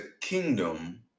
kingdom